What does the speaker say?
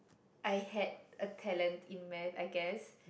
I had a talent in math I guess